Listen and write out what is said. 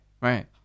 right